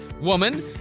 woman